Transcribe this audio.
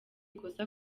ikosa